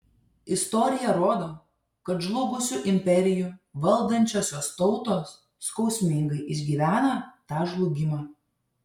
istorija rodo kad žlugusių imperijų valdančiosios tautos skausmingai išgyvena tą žlugimą